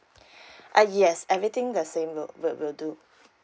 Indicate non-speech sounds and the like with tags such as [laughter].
[breath] ah yes everything the same would would would do